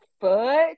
foot